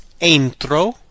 Entro